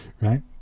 right